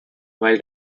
while